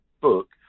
book